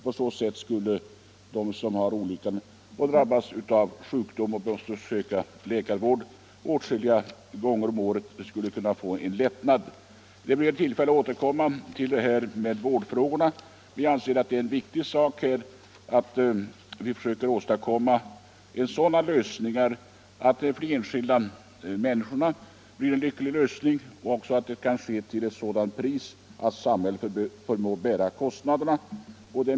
På så sätt skulle den som haft oturen att drabbas av sjukdom och måste besöka läkare många gånger få en lättnad. Det blir tillfälle att återkomma till vårdfrågorna. Vi anser det viktigt att försöka åstadkomma lyckliga lösningar för de enskilda människorna men även att det skall ske till ett sådant pris att samhället förmår bära kostnaderna.